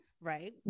right